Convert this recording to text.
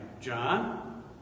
John